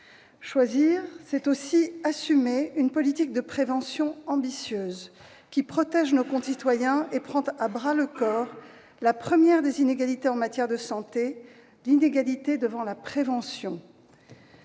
Choisir, c'est aussi assumer une politique de prévention ambitieuse qui protège nos concitoyens et prend à bras-le-corps la première des inégalités en matière de santé : l'inégalité devant la prévention.